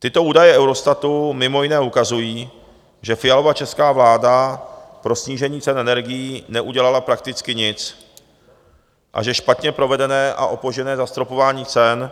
Tyto údaje Eurostatu mimo jiné ukazují, že Fialova česká vláda pro snížení cen energií neudělala prakticky nic a že špatně provedené a opožděné zastropování cen